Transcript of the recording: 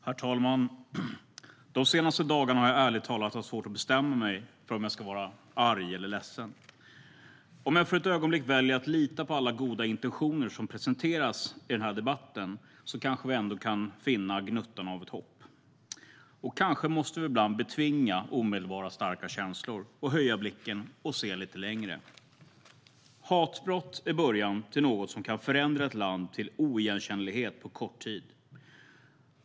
Herr talman! De senaste dagarna har jag ärligt talat haft svårt att bestämma mig för om jag ska vara arg eller ledsen. Om jag för ett ögonblick väljer att lita på alla goda intentioner som presenteras i denna debatt kanske vi ändå kan finna gnuttan av ett hopp. Kanske måste vi ibland betvinga omedelbara starka känslor och höja blicken och se lite längre. Hatbrott är början till något som kan förändra ett land till oigenkännlighet på kort tid.